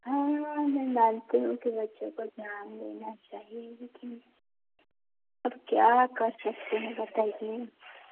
हाँ मैं जानती हूँ कि बच्चों पर ध्यान देना चाहिए लेकिन अब क्या कर सकते हैं बताइए